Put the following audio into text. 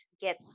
get